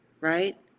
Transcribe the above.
right